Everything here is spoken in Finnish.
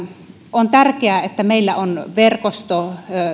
on tärkeää että meillä on yhteiskunnassa verkosto